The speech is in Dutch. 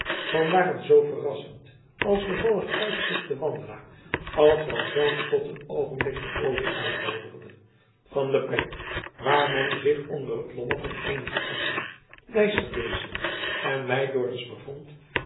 van waar een zoo verrassend als bevallig uitzicht den wandelaar als van zelf tot een oogenblik verpoozing uitnoodigde van de plek waar men zich onder het lommer van eenige esschen lijsterbeziën en meidoorns